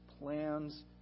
plans